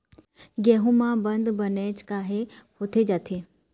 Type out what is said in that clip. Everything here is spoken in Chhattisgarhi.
गेहूं म बंद बनेच काहे होथे जाथे?